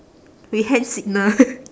we hand signal